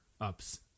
ups